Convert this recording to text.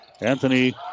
Anthony